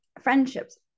friendships